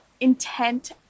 intent